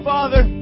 Father